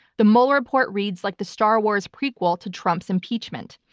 the mueller report reads like the star wars prequel to trump's impeachment.